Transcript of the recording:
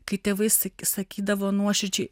kai tėvai saky sakydavo nuoširdžiai